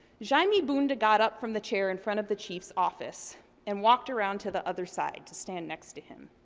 jaime bunda got up from the chair in front of the chief's office and walked around to the other side, to stand next to him.